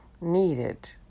needed